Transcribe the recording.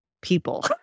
people